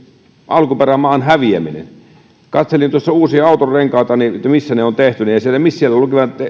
alkuperämaan häviämisen kun katselin tuossa uusia autonrenkaita että missä ne on tehty niin siellä oli kyllä että on